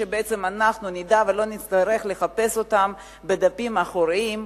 כדי שאנחנו נדע ולא נצטרך לחפש אותם בדפים האחוריים.